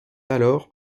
alors